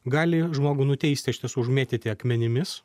gali žmogų nuteisti iš tiesų užmėtyti akmenimis